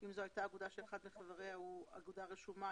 אם זו הייתה אגודה שאחד מחבריה הוא אגודה רשומה,